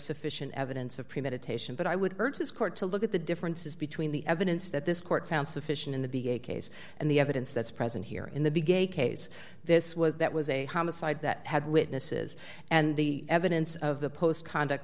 sufficient evidence of premeditation but i would urge this court to look at the differences between the evidence that this court found sufficient in the be a case and the evidence that's present here in the big a case this was that was a homicide that had witnesses and the evidence of the post conduct